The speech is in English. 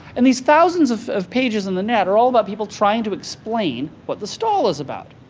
and these thousands of of pages on the net are all about people trying to explain what the stall is about.